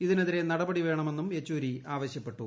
ഇതിനെതിരെ നടപടി വേണമെന്നും യെച്ചൂരി ആവശ്യപ്പെട്ടു